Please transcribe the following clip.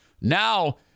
Now